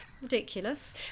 Ridiculous